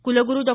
कुलगुरु डॉ